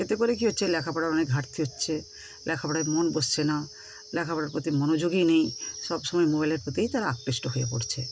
এতে করে কি হচ্ছে লেখাপড়ার অনেক ঘাটতি হচ্ছে লেখাপড়ায় মন বসছে না লেখাপড়ার প্রতি মনোযোগই নেই সবসময় মোবাইলের প্রতিই তারা আকৃষ্ট হয়ে পরছে